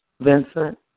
Vincent